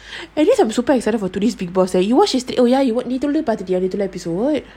actually I'm super excited for today's big boss leh you watch his oh ya you would literally பார்த்துட்டியா:parthutia episode